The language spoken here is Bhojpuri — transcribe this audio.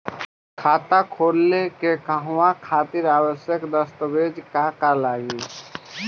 खाता खोले के कहवा खातिर आवश्यक दस्तावेज का का लगी?